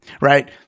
right